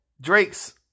Drake's